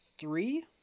three